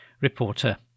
reporter